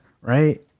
Right